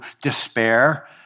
despair